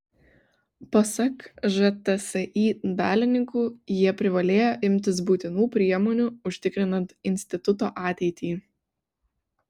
pasak žtsi dalininkų jie privalėjo imtis būtinų priemonių užtikrinant instituto ateitį